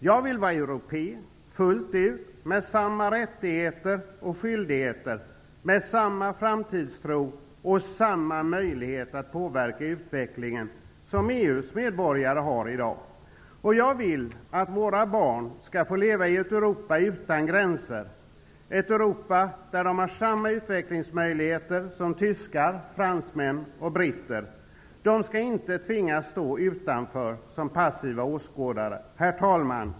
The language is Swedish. Jag vill fullt ut vara europé med samma rättigheter och skyldigheter, med samma framtidstro och samma möjlighet att påverka utvecklingen som EU:s medborgare i dag har. Jag vill att våra barn skall få leva i ett Europa utan gränser, ett Europa där de har samma utvecklingsmöjligheter som tyskar, fransmän och britter. Våra barn skall inte tvingas att stå utanför som passiva åskådare. Herr talman!